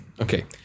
okay